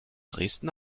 dresden